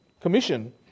commission